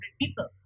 people